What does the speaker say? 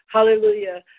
Hallelujah